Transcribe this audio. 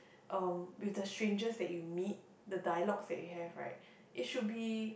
um with the strangers that you meet the dialogue they have right it should be